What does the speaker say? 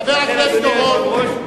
חבר הכנסת אורון.